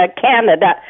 Canada